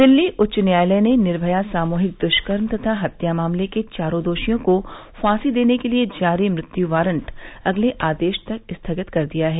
दिल्ली उच्च न्यायालय ने निर्भया सामूहिक दृष्कर्म तथा हत्या मामले के चारों दोषियों को फांसी देने के लिए जारी मृत्यू वारंट अगले आदेश तक स्थगित कर दिया है